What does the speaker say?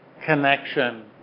connection